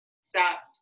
stop